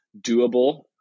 doable